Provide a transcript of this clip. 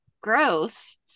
gross